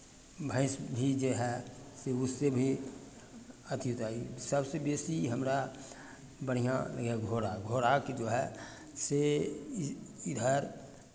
भैंस भी जे हए से उससे भी अथि दै हए सभसँ बेसी हमरा बढ़िआँ लगै हए घोड़ा घोड़ाके जो हए से इधर